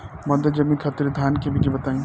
मध्य जमीन खातिर धान के बीज बताई?